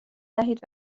دهید